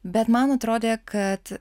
bet man atrodė kad